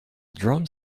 drum